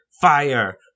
Fire